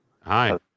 Hi